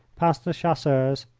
past the chasseurs,